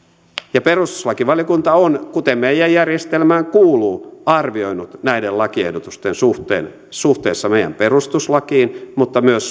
ja perustuslakivaliokunta on kuten meidän järjestelmään kuuluu arvioinut näiden lakiehdotusten suhteen meidän perustuslakiimme mutta myös